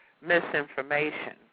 misinformation